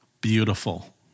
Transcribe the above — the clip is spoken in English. beautiful